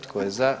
Tko je za?